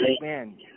man